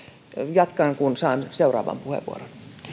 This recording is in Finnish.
jatkan kun saan seuraavan puheenvuoron